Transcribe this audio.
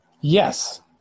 Yes